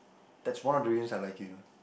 that's one of the reasons I like you